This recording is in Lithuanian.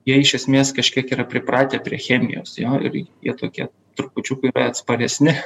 jie iš esmės kažkiek yra pripratę prie chemijos jo ir jie tokie trupučiuką yra atsparesni